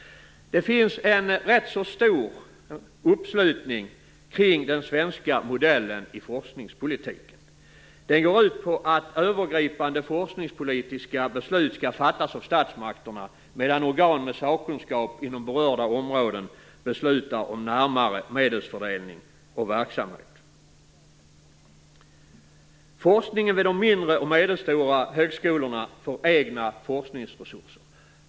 Det finns en rätt stor uppslutning kring den svenska modellen i forskningspolitiken. Den går ut på att övergripande forskningspolitiska beslut skall fattas av statsmakterna, medan organ med sakkunskap inom berörda områden beslutar om närmare medelsfördelning och verksamhet. Forskningen vid de mindre och medelstora högskolorna får egna forskningsresurser.